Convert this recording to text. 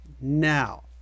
Now